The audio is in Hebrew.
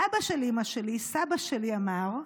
אבא של אימא שלי, סבא שלי, אמר: